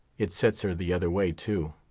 it sets her the other way, too,